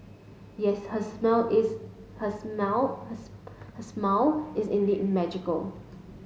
yes her smile is her smile her smile indeed magical